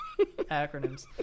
Acronyms